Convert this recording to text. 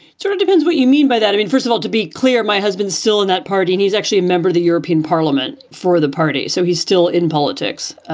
sort of depends what you mean by that. i mean, first of all, to be clear, my husband still in that party and he's actually a member of the european parliament for the party. so he's still in politics.